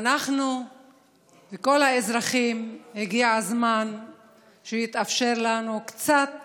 אנחנו וכל האזרחים, הגיע הזמן שיתאפשר לנו קצת